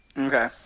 Okay